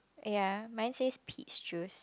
ya mine says peach juice